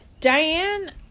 Diane